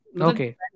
Okay